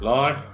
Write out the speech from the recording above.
Lord